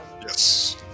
Yes